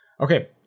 Okay